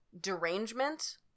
derangement